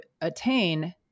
attain